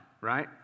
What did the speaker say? Right